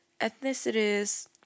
ethnicities